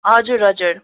हजुर हजुर